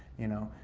you know,